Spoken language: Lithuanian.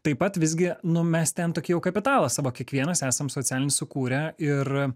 taip pat visgi nu mes ten tokį jau kapitalą savo kiekvienas esam socialinį sukūrę ir